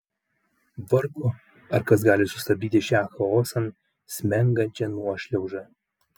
vargu ar kas gali sustabdyti šią chaosan smengančią nuošliaužą